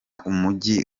umugi